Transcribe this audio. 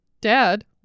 dad